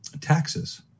taxes